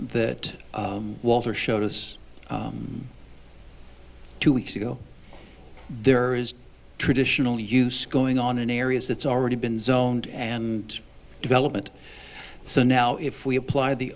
that walter showed us two weeks ago there is traditional use going on in areas that's already been zoned and development so now if we apply the